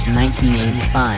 1985